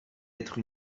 être